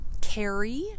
carry